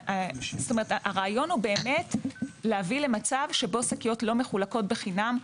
כלומר הרעיון הוא להביא למצב שבו שקיות לא מחולקות בחינם.